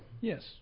yes